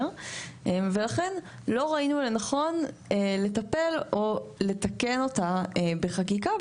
ולכן לא ראינו לנכון לטפל או לתקן אותה בחקיקה.